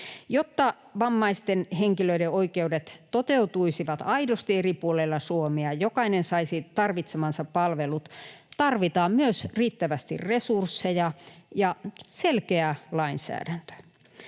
Jotta vammaisten henkilöiden oikeudet toteutuisivat aidosti eri puolilla Suomea ja jokainen saisi tarvitsemansa palvelut, tarvitaan myös riittävästi resursseja ja selkeä lainsäädäntö.